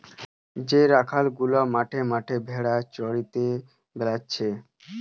যে রাখাল গুলা মাঠে মাঠে ভেড়া চড়িয়ে বেড়াতিছে